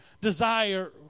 desire